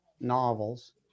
novels